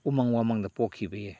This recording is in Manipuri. ꯎꯃꯪ ꯋꯥꯃꯪꯗ ꯄꯣꯛꯈꯤꯕ ꯌꯥꯏ